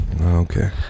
okay